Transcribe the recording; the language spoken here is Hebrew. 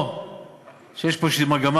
או שיש פה איזו מגמה,